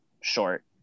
short